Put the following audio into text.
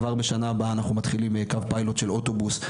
כבר בשנה הבאה אנחנו מתחילים קו פיילוט של אוטובוס.